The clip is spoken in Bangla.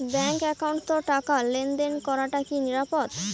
ব্যাংক একাউন্টত টাকা লেনদেন করাটা কি নিরাপদ?